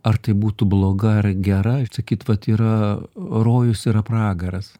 ar tai būtų bloga ar gera sakyt vat yra rojus yra pragaras